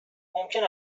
ممکن